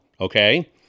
okay